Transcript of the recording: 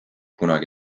kunagi